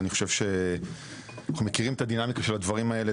אני חושב שאנחנו מכירים את הדינמיקה של הדברים האלה,